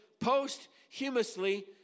posthumously